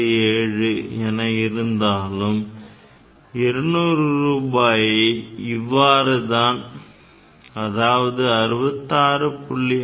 6667 என இருந்தாலும் 200 ரூபாயை இவ்வாறுதான் அதாவது 66